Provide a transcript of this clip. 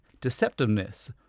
deceptiveness